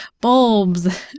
bulbs